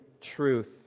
truth